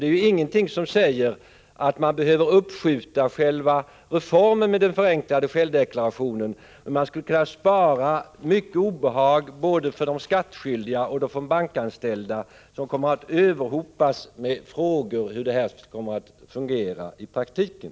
Det är ju ingenting som säger att man för den skull behöver uppskjuta reformen med den förenklade självdeklarationen, men man skulle kunna undvika mycket obehag både för de skattskyldiga och för de bankanställda, som kommer att överhopas med frågor om hur systemet kommer att fungera i praktiken.